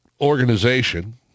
organization